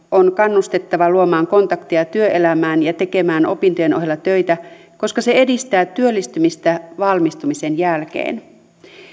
on kannustettava luomaan kontakteja työelämään ja tekemään opintojen ohella töitä koska se edistää työllistymistä valmistumisen jälkeen